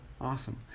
Awesome